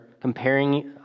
comparing